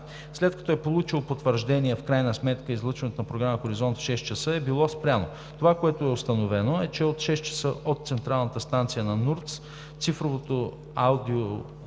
След като е получил потвърждение, в крайна сметка излъчването на програма „Хоризонт“ в 6,00 ч. е било спряно. Това, което е установено, е, че от 6,00 ч. от централната станция на НУРТС цифровото аудио